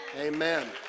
Amen